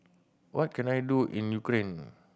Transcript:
what can I do in Ukraine